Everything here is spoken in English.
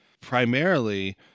Primarily